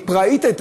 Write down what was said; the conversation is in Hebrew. היא הייתה פראית,